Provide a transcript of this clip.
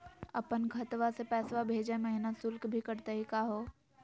अपन खतवा से पैसवा भेजै महिना शुल्क भी कटतही का हो?